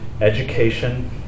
education